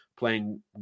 playing